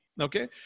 okay